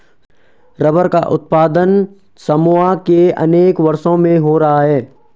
rubber का उत्पादन Samoa में अनेक वर्षों से हो रहा है